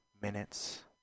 minutes